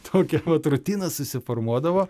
tokia vat rutina susiformuodavo